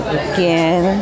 again